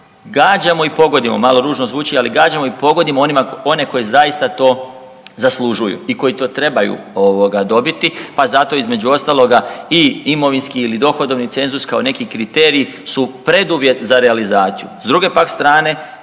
gađamo i pogodimo, malo ružno zvuči, ali gađamo i pogodimo one koji zaista to zaslužuju i koji to trebaju ovoga dobiti pa zato između ostaloga i imovinski ili dohodovni cenzus, kao neki kriterij su preduvjet za realizaciju.